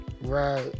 right